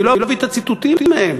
אני לא אביא את הציטוטים מהם.